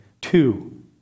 Two